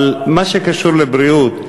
אבל מה שקשור לבריאות,